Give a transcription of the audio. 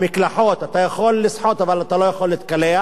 המקלחות, אתה יכול לשחות אבל אתה לא יכול להתקלח.